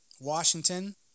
Washington